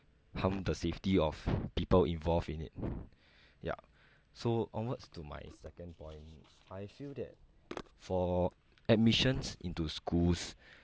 harm the safety of people involved in it ya so onwards to my second point I feel that for admissions into schools